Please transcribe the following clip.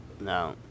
No